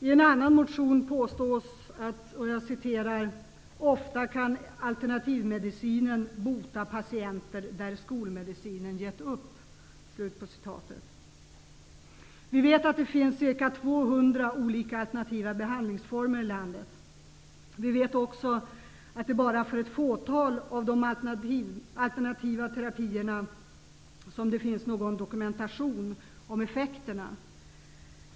I en annan motion påstås det att ''ofta kan alternativmedicinen bota patienter där skolmedicinen gett upp''. Vi vet att det finns ca 200 olika alternativa behandlingsformer i landet. Vi vet också att det är bara för ett fåtal av de alternativa terapierna som det finns dokumentation om effekterna.